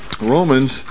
Romans